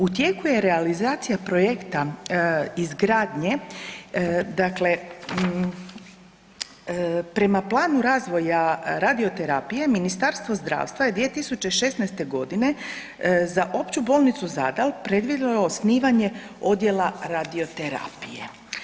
U tijeku je realizacija projekta izgradnje, dakle prema planu razvoja radioterapije Ministarstvo zdravstva je 2016. godine za opću bolnicu Zadar predvidjelo osnivanje Odjela radioterapije.